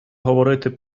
говорити